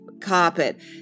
carpet